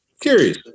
Curious